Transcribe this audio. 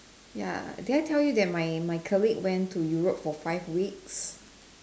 ya did I tell you that my my colleague went to Europe for five weeks